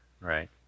right